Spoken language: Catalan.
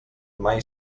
mai